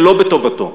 שלא בטובתו,